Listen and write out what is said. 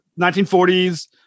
1940s